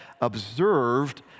observed